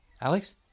Alex